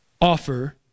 Offer